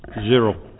Zero